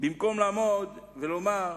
במקום לעמוד ולומר: